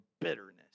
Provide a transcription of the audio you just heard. bitterness